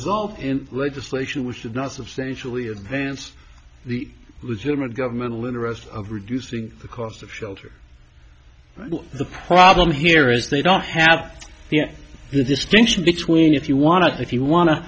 result in legislation which did not substantially advance the legitimate government interest of reducing the cost of shelter the problem here is they don't have the distinction between if you want to if you want to